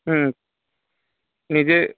ହୁଁ ନିଜେ